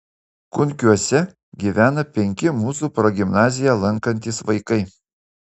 kunkiuose gyvena penki mūsų progimnaziją lankantys vaikai